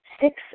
six